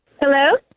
Hello